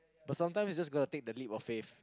but sometimes is just going to take the leap of faith